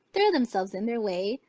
throw themselves in their way,